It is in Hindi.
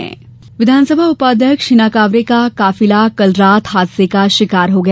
दुर्घटना हिना विधानसभा उपाध्यक्ष हिना कांवरे का काफिला कल रात हादसे का शिकार हो गया